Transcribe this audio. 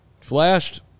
Flashed